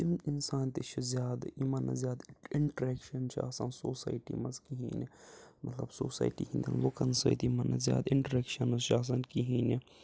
یِم اِنسان تہِ چھِ زیادٕ یِمَن نہٕ زیادٕ اِنٹرٛکشَن چھِ آسان سوسایٹی منٛز کِہیٖنۍ نہ مطلب سوسایٹی ہِنٛدٮ۪ن لُکَن سۭتۍ یِمَن نہٕ زیادٕ اِنٹرٛیکشَنٕز چھِ آسان کِہیٖنۍ نہٕ